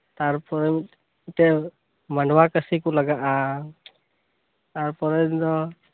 ᱛᱟᱨᱯᱚᱨᱮ ᱢᱤᱫᱴᱮᱱ ᱢᱟᱰᱣᱟ ᱠᱟᱥᱤ ᱠᱚ ᱞᱟᱜᱟᱜᱼᱟ ᱛᱟᱨ ᱯᱚᱨᱮ ᱫᱤᱱ ᱫᱚ